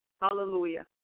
Hallelujah